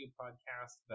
podcast